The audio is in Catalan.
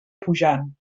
pujant